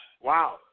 Wow